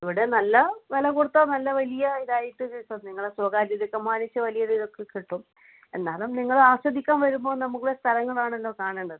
ഇവിടെ നല്ല വില കൊടുത്താൽ നല്ല വലിയ ഇതായിട്ട് കിട്ടും നിങ്ങളുടെ സ്വകാര്യതയൊക്കെ മാനിച്ച് വലിയ ഒരു ഇതൊക്കെ കിട്ടും എന്നാലും നിങ്ങളാസ്വദിക്കാൻ വരുമ്പോൾ നമുക്ക് ഇവിടെ സ്ഥലങ്ങളാണല്ലോ കാണേണ്ടത്